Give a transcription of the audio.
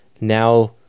now